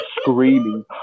screaming